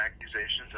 accusations